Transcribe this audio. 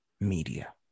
media